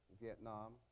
Vietnam